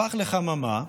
הפך לחממה